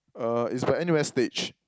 uh it's by N_U_S-stage